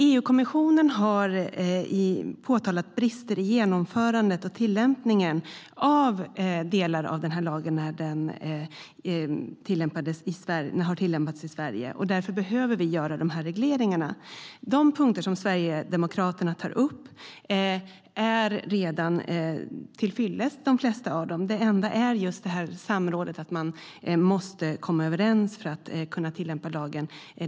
EU-kommissionen har påtalat brister i genomförandet och tillämpningen av delar av lagen i Sverige. Därför behöver vi göra dessa regleringar. De flesta av de punkter som Sverigedemokraterna tar upp är redan till fyllest. Det enda som kvarstår är samrådet, det vill säga att man måste komma överens för att kunna tillämpa lagen.